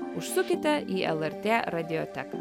užsukite į lrt radioteką